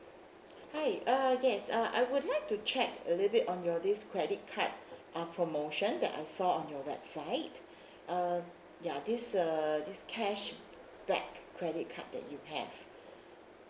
hi uh yes uh I would like to check a little bit on your this credit card uh promotion that I saw on your website uh ya this uh this cashback credit card that you have